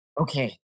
Okay